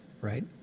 right